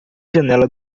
janela